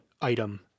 item